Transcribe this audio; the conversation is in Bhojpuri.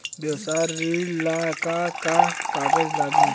व्यवसाय ऋण ला का का कागज लागी?